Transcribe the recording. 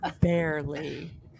Barely